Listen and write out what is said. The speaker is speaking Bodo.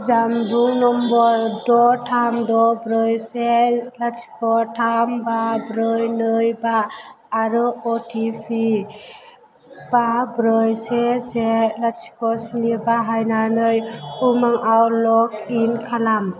जानबुं नम्बर द' थाम द' ब्रै से लाथिख' थाम बा ब्रै नै बा आरो अटिपि बा ब्रै से से लाथिख' स्नि बाहायनानै उमांआव लग इन खालाम